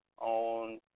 on